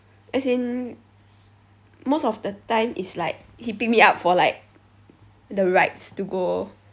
as in most of the time it's like he pick me up for like the rides to go